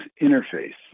interface